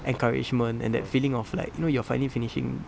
encouragement and that feeling of like you know you are finally finishing